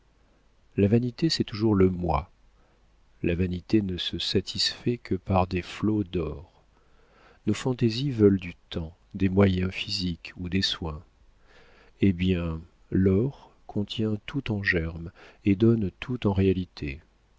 la vanité c'est toujours le moi la vanité ne se satisfait que par des flots d'or nos fantaisies veulent du temps des moyens physiques ou des soins eh bien l'or contient tout en germe et donne tout en réalité